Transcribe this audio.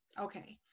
okay